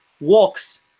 walks